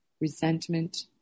resentment